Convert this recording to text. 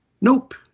Nope